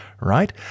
right